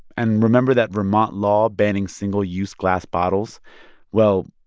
and remember that vermont law banning single-use glass bottles well,